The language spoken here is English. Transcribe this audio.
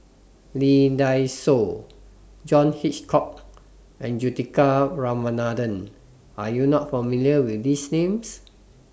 Lee Dai Soh John Hitchcock and Juthika Ramanathan Are YOU not familiar with These Names